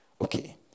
okay